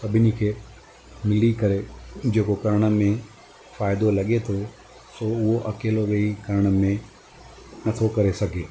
सभिनी खे मिली करे जेको करण में फ़ाइदो लॻे थो सो उहो अकेलो वेई करण में नथो करे सघे